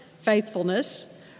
faithfulness